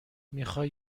میخوای